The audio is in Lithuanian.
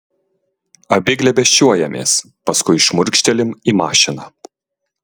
abi glėbesčiuojamės paskui šmurkštelim į mašiną